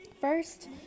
First